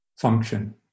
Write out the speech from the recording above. function